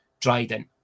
Dryden